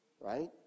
right